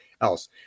else